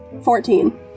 Fourteen